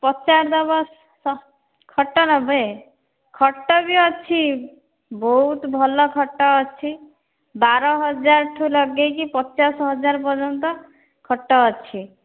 ପଚାରିଦେବ ସ ଖଟ ନବେ ଖଟ ବି ଅଛି ବହୁତ ଭଲ ଖଟ ଅଛି ବାରହଜାର ଠୁ ଲଗାଇକି ପଚାଶ ହଜାର ପର୍ଯ୍ୟନ୍ତ ଖଟ ଅଛି